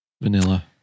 Vanilla